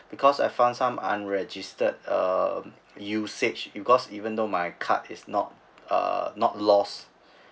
because I found some unregistered uh usage because even though my card is not uh not lost